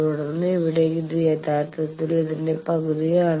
തുടർന്ന് ഇവിടെ ഇത് യഥാർത്ഥത്തിൽ ഇതിന്റെ പകുതിയാണ്